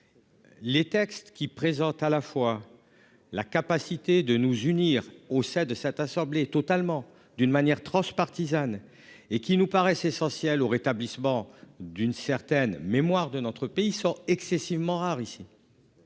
Les textes qui présente à la fois. La capacité de nous unir au sein de cette assemblée totalement d'une manière transpartisane et qui nous paraissent essentiels au rétablissement d'une certaine mémoire de notre pays sont excessivement rares ici.